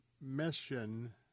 mission